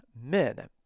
men